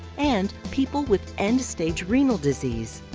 and people with end-stage renal disease.